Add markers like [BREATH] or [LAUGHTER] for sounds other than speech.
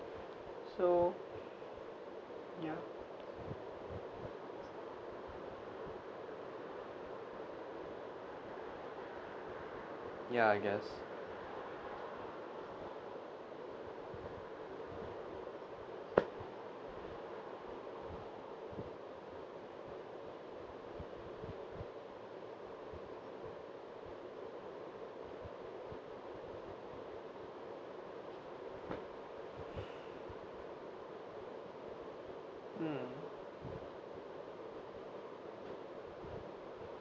so ya ya I guess [BREATH] hmm